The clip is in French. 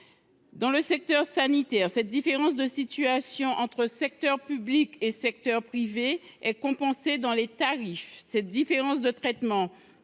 Dans le secteur sanitaire, cette différence entre le secteur public et le secteur privé est compensée par les tarifs. Une telle différence de traitement